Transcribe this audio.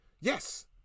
Yes